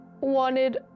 wanted